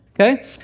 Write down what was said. okay